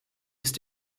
ist